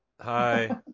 Hi